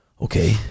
okay